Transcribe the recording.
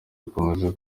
gukomeza